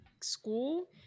school